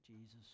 jesus